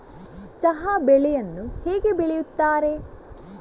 ಚಹಾ ಬೆಳೆಯನ್ನು ಹೇಗೆ ಬೆಳೆಯುತ್ತಾರೆ?